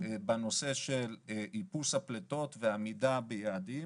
בנושא של איפוס הפליטות ועמידה ביעדים,